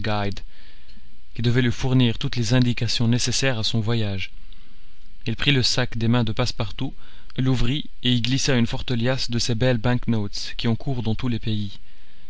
qui devait lui fournir toutes les indications nécessaires à son voyage il prit le sac des mains de passepartout l'ouvrit et y glissa une forte liasse de ces belles bank notes qui ont cours dans tous les pays